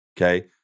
Okay